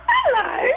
Hello